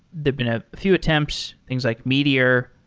they've been a few attempts, things like meteor.